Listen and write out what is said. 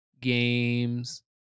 games